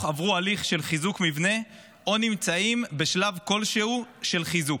עברו הליך של חיזוק מבנה או נמצאים בשלב כלשהו של חיזוק.